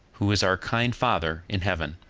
who is our kind father in heaven.